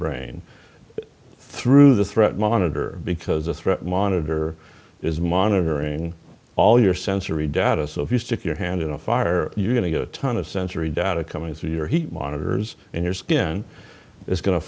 brain through the threat monitor because the threat monitor is monitoring all your sensory data so if you stick your hand in a fire you're going to get a ton of sensory data coming through your he monitors and your skin is going to